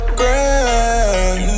grand